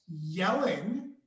yelling